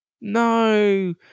No